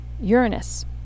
Uranus